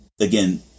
again